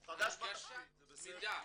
הוא חדש בתפקיד, זה בסדר.